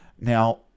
Now